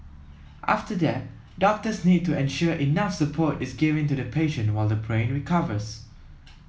after that doctors need to ensure enough support is given to the patient while the brain recovers